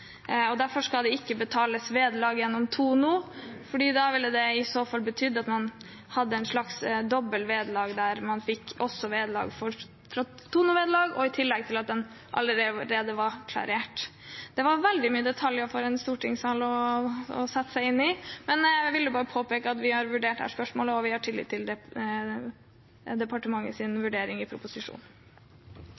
film. Derfor skal det ikke betales vederlag gjennom Gramo, fordi det i så fall ville betydd et slags dobbelt vederlag, at man også fikk Gramo-vederlag, i tillegg til at det allerede var klarert. Det var veldig mange detaljer for en stortingssal å sette seg inn i, men jeg ville bare påpeke at vi har vurdert dette spørsmålet, og vi har tillit til